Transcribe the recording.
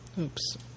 Oops